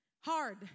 hard